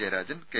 Jayarajan K